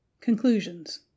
Conclusions